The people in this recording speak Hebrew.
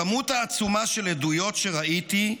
הכמות העצומה של עדויות שראיתי,